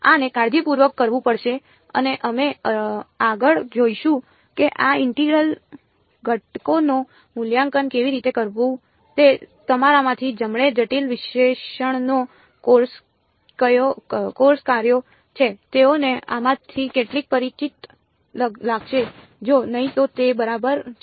આને કાળજીપૂર્વક કરવું પડશે અને અમે આગળ જોઈશું કે આ ઇન્ટેગ્રલ ઘટકોનું મૂલ્યાંકન કેવી રીતે કરવું તે તમારામાંથી જેમણે જટિલ વિશ્લેષણનો કોર્સ કર્યો છે તેઓને આમાંથી કેટલાક પરિચિત લાગશે જો નહીં તો તે બરાબર છે